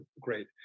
Great